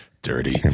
Dirty